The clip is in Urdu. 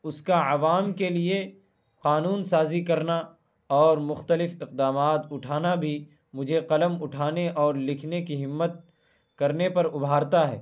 اس کا عوام کے لیے قانون سازی کرنا اور مختلف اقدامات اٹھانا بھی مجھے قلم اٹھانے اور لکھنے کی ہمت کرنے پر ابھارتا ہے